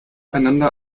einander